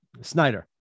Snyder